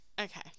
Okay